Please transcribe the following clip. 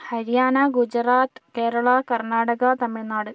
Haryana Gujarat Kerala Karnataka Tamil Nadu